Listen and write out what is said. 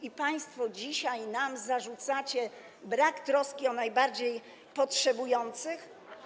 I państwo dzisiaj nam zarzucacie brak troski o najbardziej potrzebujących?